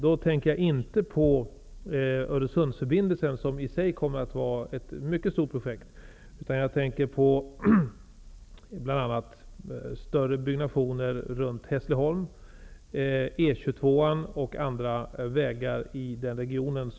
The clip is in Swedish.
Jag tänker då inte på Öresundsförbindelsen, som i sig är ett mycket stort projekt, utan jag tänker på bl.a. större byggnationer runt Hässleholm, E 22:an och andra vägar i den regionen.